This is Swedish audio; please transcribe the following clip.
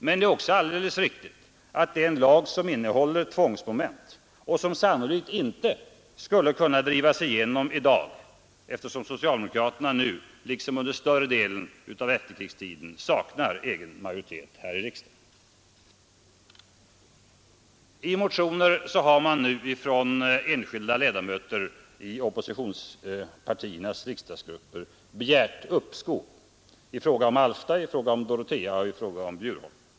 Men det är också alldeles riktigt att lagen innehåller ett tvångsmoment och att den sannolikt inte skulle ha kunnat drivas igenom i dag eftersom socialdemokraterna nu liksom under större delen av efterkrigstiden saknar egen majoritet i riksdagen. I motioner har nu enskilda ledamöter från oppositionspartiernas riksdagsgrupper begärt uppskov med beslut i fråga om Alfta, Dorotea och Bjurholm.